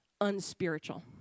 unspiritual